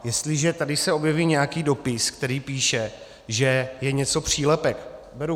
Jestliže se tady objeví nějaký dopis, který píše, že je něco přílepek, beru.